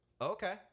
Okay